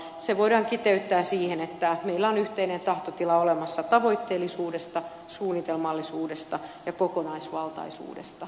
se voidaan kiteyttää siihen että meillä on yhteinen tahtotila olemassa tavoitteellisuudesta suunnitelmallisuudesta ja kokonaisvaltaisuudesta